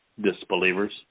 disbelievers